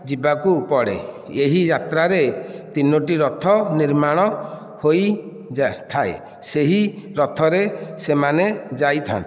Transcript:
ଯିବାକୁ ପଡ଼େ ଏହି ଯାତ୍ରାରେ ତିନୋଟି ରଥ ନିର୍ମାଣ ହୋଇଥାଏ ସେହି ରଥରେ ସେମାନେ ଯାଇଥାନ୍ତି